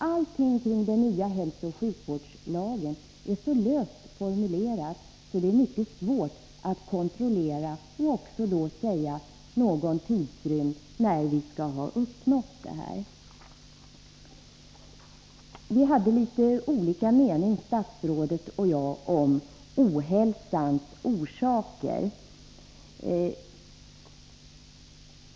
Allting kring den nya hälsooch sjukvårdslagen är så löst formulerat, så det är mycket svårt att kontrollera och också säga någon tidrymd inom vilken vi skall ha uppnått målen. Vi hade litet olika mening statsrådet och jag om ohälsans orsaker.